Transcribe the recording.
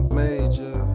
major